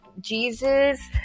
Jesus